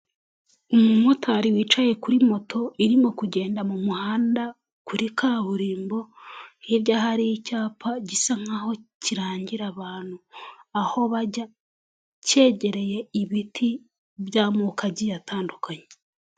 Umumotari wicaye kuri moto irimo kugenda mu muhanda kuri kaburimbo, hirya hari icyapa gisa nk'aho kirangira abantu aho bajya, cyegereye ibiti by'amoko agiye atandukanye.